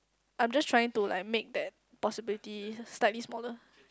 I'm just trying to like make that possibilities slightly smaller